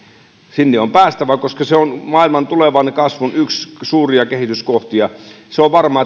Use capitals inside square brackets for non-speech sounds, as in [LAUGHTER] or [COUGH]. sinne on päästävä koska se on yksi maailman tulevan kasvun suuria kehityskohtia se on varma [UNINTELLIGIBLE]